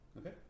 Okay